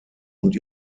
und